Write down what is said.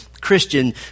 Christian